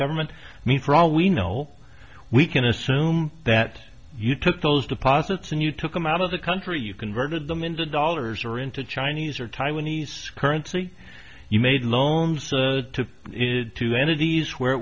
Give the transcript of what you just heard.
government mean for all we know we can assume that you took those deposits and you took them out of the country you converted them into dollars or into chinese or taiwanese currency you made loans so the to enter these where it